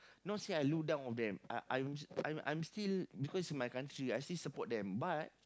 not say I look down on them I I I'm I'm I'm still because is my country I still support them but